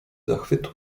zachwytu